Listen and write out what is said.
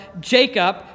Jacob